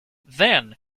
then